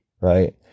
right